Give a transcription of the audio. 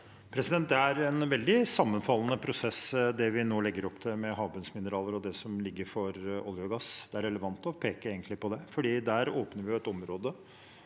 Det er en veldig sammenfallende prosess, det vi nå legger opp til, med havbunnsmineraler og det som foreligger for olje og gass. Det er relevant å peke på det, for der åpner vi et område